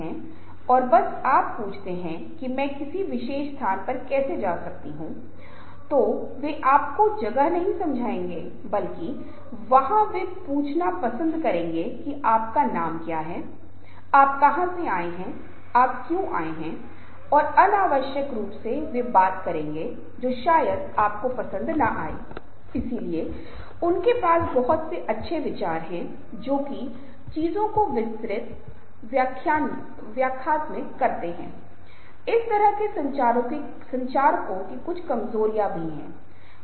इसलिए जब भी हमारी कोई छोटी बैठक हो रही है या हम एक छोटा समूह बना रहे हैं और कोशिश कर रहे हैं तो मान लें कि आप एक समूह बनाने की स्थिति में हैं और आप समूह के माध्यम से कुछ काम करवाना चाहते हैं तो यह भी महत्वपूर्ण हो जाता है कि कैसे हम बना रहे हैं और समूह के सदस्यों के साथ साथ समूह के नेता एक दूसरे के साथ कैसा व्यवहार कर रहे हैं एक दूसरे को समझने की कोशिश कर रहे हैं वे किस तरह की जानकारी एक दूसरे के साथ साझा कर रहे हैं और क्या वे एक दूसरे पर विश्वास कर रहे हैं